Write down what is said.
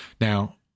Now